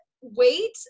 wait